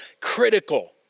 critical